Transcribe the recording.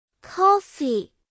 coffee